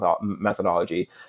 methodology